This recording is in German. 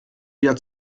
wieder